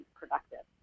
productive